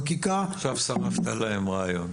עכשיו שרפת להם רעיון.